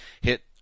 hit